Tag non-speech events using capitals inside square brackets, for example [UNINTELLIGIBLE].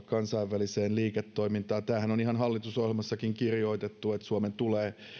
[UNINTELLIGIBLE] kansainväliseen liiketoimintaan tämähän on ihan hallitusohjelmassakin kirjoitettu että suomen tulee